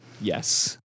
Yes